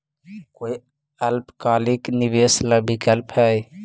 कोई अल्पकालिक निवेश ला विकल्प हई?